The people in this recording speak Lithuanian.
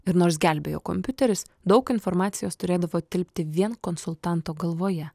ir nors gelbėjo kompiuteris daug informacijos turėdavo tilpti vien konsultanto galvoje